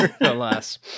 alas